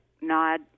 nod